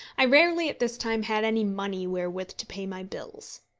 i rarely at this time had any money wherewith to pay my bills.